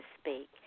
speak